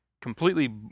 completely